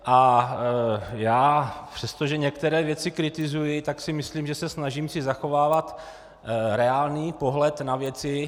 A já, přestože některé věci kritizuji, tak si myslím, že se snažím zachovávat si reálný pohled na věci.